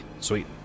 Sweet